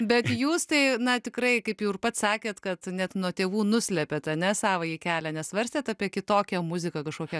bet jūs tai na tikrai kaip jau ir pats sakėt kad net nuo tėvų nuslepėt ane savąjį kelią nesvarstėt apie kitokią muziką kažkokią